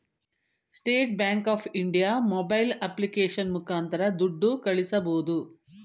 state Bank of India mobile application ಮುಖಾಂತರ ದುಡ್ಡು ಕಳಿಸಬೋದು